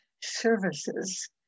services